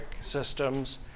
systems